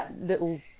little